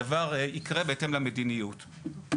הדבר יקרה בהתאם למדיניות.